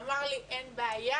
אמר לי, אין בעיה,